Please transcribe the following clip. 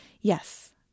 Yes